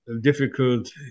difficult